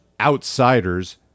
outsiders